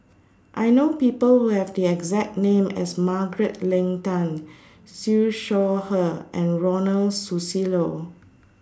I know People Who Have The exact name as Margaret Leng Tan Siew Shaw Her and Ronald Susilo